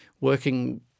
working